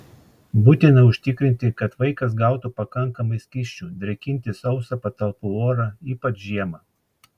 būtina užtikrinti kad vaikas gautų pakankamai skysčių drėkinti sausą patalpų orą ypač žiemą